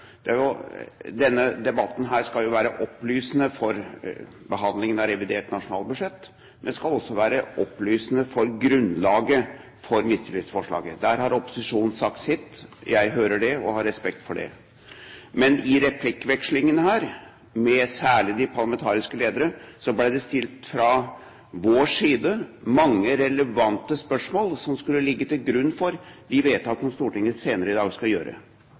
debatten skal jo være opplysende for behandlingen av revidert nasjonalbudsjett, men den skal også være opplysende for grunnlaget for mistillitsforslaget. Der har opposisjonen sagt sitt. Jeg hører det og har respekt for det. Men i replikkvekslingene her, særlig med de parlamentariske ledere, ble det fra vår side stilt mange relevante spørsmål som skulle ligge til grunn for de vedtak som Stortinget senere i dag skal gjøre.